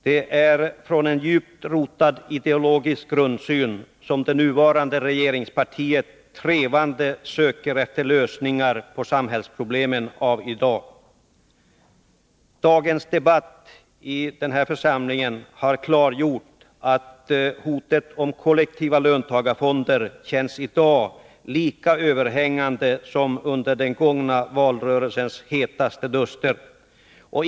Det är med utgångspunkt i en djupt rotad ideologisk grundsyn som det nuvarande regeringspartiet trevande söker efter lösningar på samhällsproblemen av i dag. Dagens debatt i denna församling har klargjort att hotet om kollektiva löntagarfonder känns lika överhängande i dag som under den gångna valrörelsens hetaste duster.